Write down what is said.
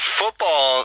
football